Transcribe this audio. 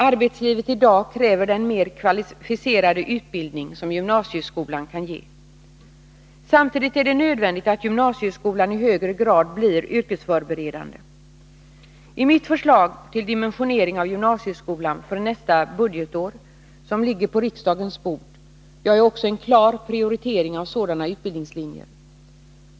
Arbetslivet i dag kräver den mer kvalificerade utbildning som gymnasieskolan kan ge. Samtidigt är det nödvändigt att gymnasieskolan i högre grad blir yrkesförberedande. I mitt förslag till dimensionering av gymnasieskolan för nästa budgetår, som ligger på riksdagens bord, gör jag också en klar prioritering av sådana utbildningslinjer.